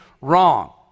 wrong